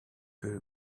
que